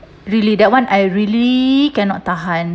really that one I really cannot tahan